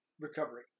Recovery